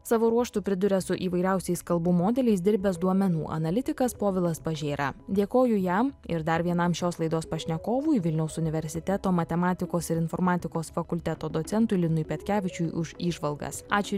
savo ruožtu priduria su įvairiausiais kalbų modeliais dirbęs duomenų analitikas povilas pažėra dėkoju jam ir dar vienam šios laidos pašnekovui vilniaus universiteto matematikos ir informatikos fakulteto docentui linui petkevičiui už įžvalgas ačiū